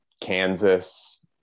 Kansas